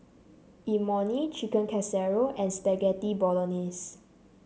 Imoni Chicken Casserole and Spaghetti Bolognese